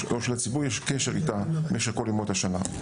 או שלציבור יש קשר איתה במשך כל ימות השנה.